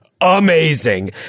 amazing